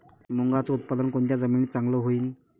मुंगाचं उत्पादन कोनच्या जमीनीत चांगलं होईन?